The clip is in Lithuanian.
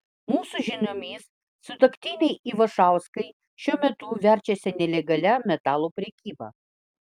mūsų žiniomis sutuoktiniai ivašauskai šiuo metu verčiasi nelegalia metalų prekyba